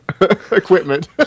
equipment